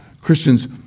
Christians